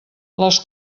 les